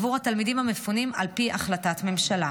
עבור התלמידים המפונים על פי החלטת ממשלה.